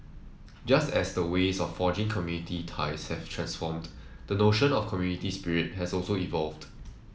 just as the ways of forging community ties have transformed the notion of community spirit has also evolved